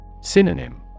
Synonym